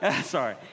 Sorry